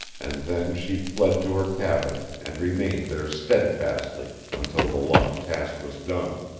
and then she fled to her cabin and remained there steadfastly until the long task was done.